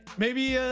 maybe.